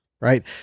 right